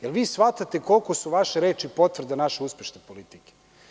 Da li vi shvatate koliko su vaše reči potvrda naše uspešne politike?